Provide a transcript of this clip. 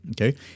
okay